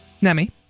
Nami